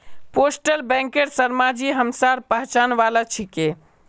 postal बैंकेर शर्माजी हमसार पहचान वाला छिके